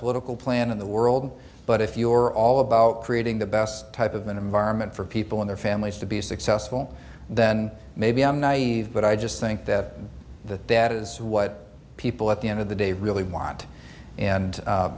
political plan in the world but if you are all about creating the best type of an environment for people in their families to be successful then maybe i'm naive but i just i think that the debt is what people at the end of the day really want